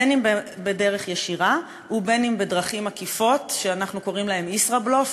בין בדרך ישירה ובין בדרכים עקיפות שאנחנו קוראים להן ישראבלוף,